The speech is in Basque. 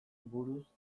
buruz